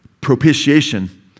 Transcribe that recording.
propitiation